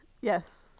Yes